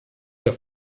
der